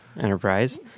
Enterprise